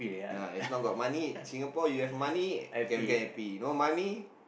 ya so long got money Singapore you have money you can become happy you no money